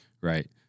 Right